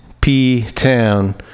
P-Town